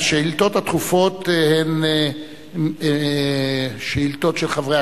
השאילתות הדחופות הן שאילתות של חברי